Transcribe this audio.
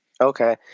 Okay